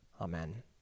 Amen